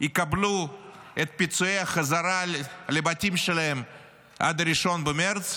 יקבלו את פיצויי החזרה לבתים שלהם עד 1 במרץ,